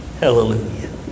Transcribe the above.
Hallelujah